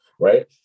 Right